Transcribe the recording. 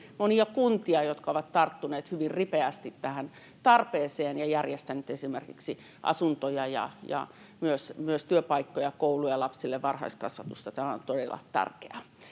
monia kuntia, jotka ovat tarttuneet hyvin ripeästi tähän tarpeeseen ja järjestäneet esimerkiksi asuntoja ja myös työpaikkoja, kouluja lapsille, varhaiskasvatusta. Tämä on todella tärkeää.